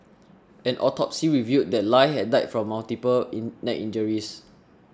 an autopsy revealed that Lie had died from multiple in neck injuries